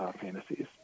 fantasies